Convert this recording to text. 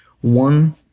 One